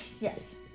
Yes